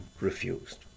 refused